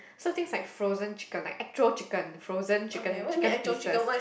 so things like frozen chicken like raw chicken frozen chicken chicken pieces